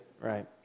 right